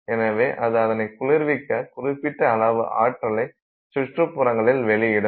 எனவே அது அதனைக் குளிர்விக்க குறிப்பிட்ட அளவு ஆற்றலை சுற்றுப்புறங்களில் வெளியிடும்